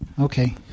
Okay